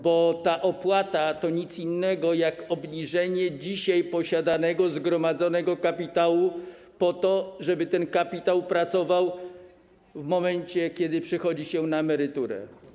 Bo ta opłata to nic innego jak obniżenie dzisiaj posiadanego zgromadzonego kapitału po to, żeby ten kapitał pracował w momencie, kiedy przechodzi się na emeryturę.